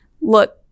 look